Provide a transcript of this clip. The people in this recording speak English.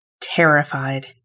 terrified